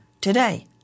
today